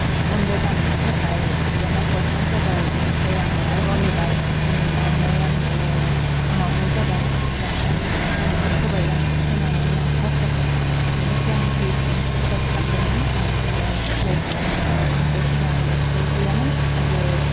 बन्द' जानायनि थाखाय इखजामा पसफन जाबाय बिनिफ्राय आङो आरोबाव नेबाय नेनानै आंबो उनावहाय जाबाय इखजाम जानानै होबाय आं होनानै आं पास जाबाय बिनिफ्राय आं पि ओइस डि नि एफ्लाइ खालाम दोंमोन ओमफ्राय एफ्लाय खालामनाआव आंहा बे समाव नेट बो गैयामोन आरो